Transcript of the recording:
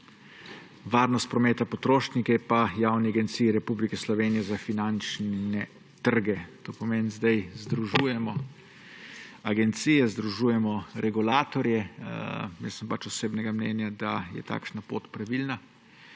varnost prometa in potrošnike in Javni agenciji Republike Slovenije za finančne trge. To pomeni zdaj združujemo agencije, združujemo regulatorje. Jaz sem pač osebnega mnenja, da je takšna pot pravilna,